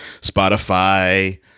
spotify